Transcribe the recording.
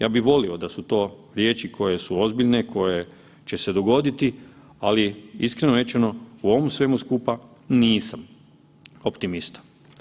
Ja bi volio da su to riječi koje su ozbiljne, koje će se dogoditi, ali iskreno rečeno, u ovom svemu skupa nisam optimista.